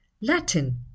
Latin